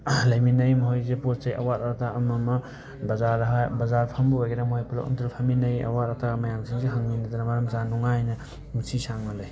ꯂꯩꯃꯤꯟꯅꯩ ꯃꯣꯏꯁꯦ ꯄꯣꯠꯁꯦ ꯑꯋꯥꯠ ꯑꯄꯥ ꯑꯃꯃ ꯕꯖꯥꯔꯗ ꯕꯖꯥꯔ ꯐꯝꯕ ꯑꯣꯏꯒꯦꯔꯥ ꯃꯣꯏ ꯄꯨꯂꯞ ꯑꯝꯇꯗ ꯐꯃꯤꯟꯅꯩ ꯑꯋꯥꯠ ꯑꯄꯥ ꯃꯌꯥꯝꯁꯤꯡꯁꯦ ꯍꯪꯃꯤꯟꯅꯗꯅ ꯃꯔꯝ ꯆꯥꯅ ꯅꯨꯡꯉꯥꯏꯅ ꯄꯨꯟꯁꯤ ꯁꯥꯡꯅ ꯂꯩ